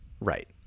right